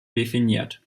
definiert